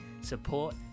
support